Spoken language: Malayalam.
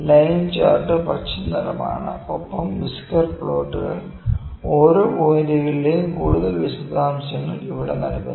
ലൈൻ ചാർട്ട് പച്ച നിറമാണ് ഒപ്പം വിസ്കർ പ്ലോട്ടുകൾ ഓരോ പോയിന്റുകളുടെയും കൂടുതൽ വിശദാംശങ്ങൾ ഇവിടെ നൽകുന്നു